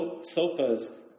sofas